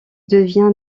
devient